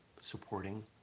supporting